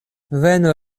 venu